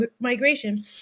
migration